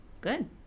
Good